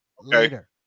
later